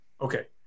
Okay